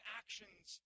actions